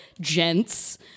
gents